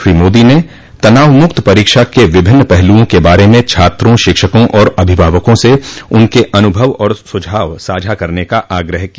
श्री मोदी ने तनावमुक्त परीक्षा के विभिन्न पहलूओं के बारे में छात्रों शिक्षकों और अभिभावकों से उनके अनुभव और सुझाव साझा करने का आग्रह किया